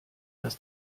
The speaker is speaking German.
das